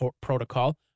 Protocol